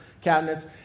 cabinets